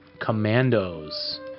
commandos